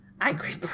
Angry